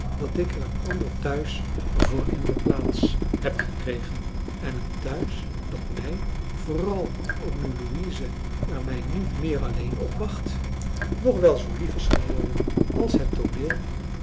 dat ik er een ander thuis voor in de plaats heb gekregen en een thuis dat mij vooral ook nu louise er mij niet meer alléén opwacht nog wel zoo lief is geworden als het tooneel